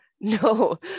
no